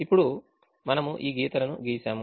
ఇప్పుడు మనము ఈ గీతలును గీసాము